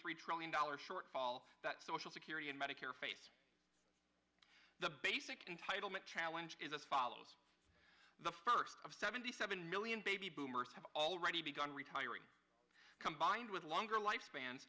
three trillion dollars shortfall that social security and medicare face the basic entitlement challenge is as follows the first of seventy seven million baby boomers have already begun retiring combined with longer life span